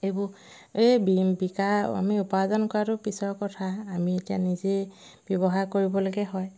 এইবোৰ এই বি বিকা আমি উপাৰ্জন কৰাটো পিছৰ কথা আমি এতিয়া নিজেই ব্যৱহাৰ কৰিবলৈকে হয়